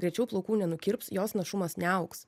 greičiau plaukų nenukirps jos našumas neaugs